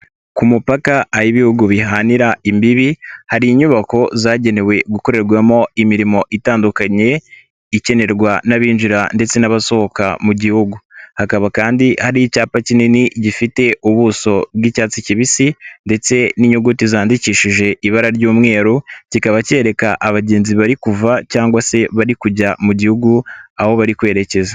Ku mupaka a aho Ibihugu bihanira imbibi hari inyubako zagenewe gukorerwamo imirimo itandukanye ikenerwa n'abinjira ndetse n'abasohoka mu Gihugu, hakaba kandi ari icyapa kinini gifite ubuso bw'icyatsi kibisi ndetse n'inyuguti zandikishije ibara ry'umweru kikaba kereka abagenzi bari kuva cyangwa se bari kujya mu Gihugu aho bari kwerekeza.